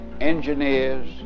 engineers